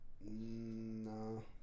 No